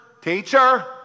teacher